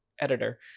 editor